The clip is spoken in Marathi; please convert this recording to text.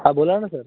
हां बोला ना सर